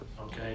Okay